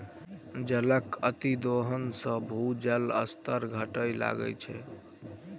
जलक अतिदोहन सॅ भूजलक स्तर घटय लगैत छै